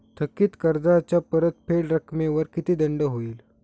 थकीत कर्जाच्या परतफेड रकमेवर किती दंड होईल?